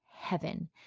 heaven